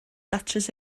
datrys